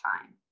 time